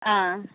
ஆ